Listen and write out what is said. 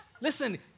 Listen